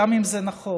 גם אם זה נכון,